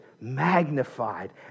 magnified